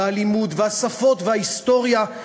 הלימוד והשפות וההיסטוריה,